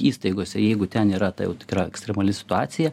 įstaigose jeigu ten yra ta jau tikra ekstremali situacija